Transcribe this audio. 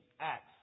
Acts